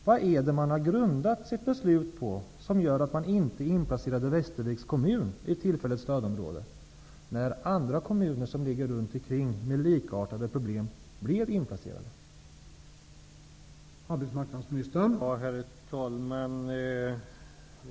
På vad har man grundat beslutet att inte inplacera Västerviks kommun i tillfälligt stödområde, när omkringliggande kommuner med likartade problem blev inplacerade i sådant stödområde?